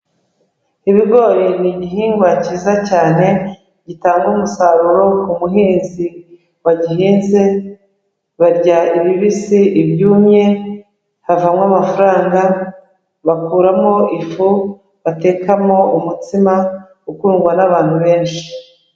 Ibigori ni igihingwa cyiza cyane, gitanga umusaruro ku muhinzi wagihinze, barya ibibisi, ibyumye, havamo amafaranga, bakuramo ifu, batekamo umutsima, ukundwa n'abantu benshi.